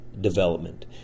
development